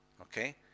Okay